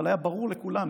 אבל היה ברור לכולם,